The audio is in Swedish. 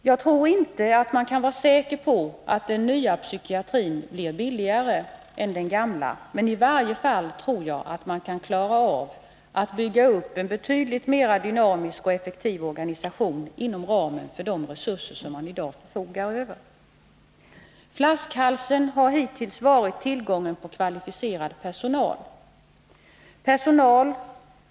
Jag tror inte att man kan vara säker på att den nya psykiatrin blir billigare än den gamla, men i varje fall tror jag att man kan klara av att bygga upp en betydligt mera dynamisk och effektiv organisation inom ramen för de resurser som man i dag förfogar över. Flaskhalsen har hittills varit tillgången på kvalificerad personal.